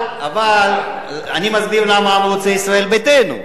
אבל אני מסביר למה העם רוצה ישראל ביתנו.